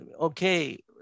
okay